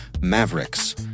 Mavericks